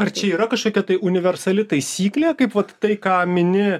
ar čia yra kažkokia tai universali taisyklė kaip vat tai ką mini